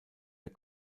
der